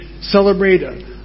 celebrate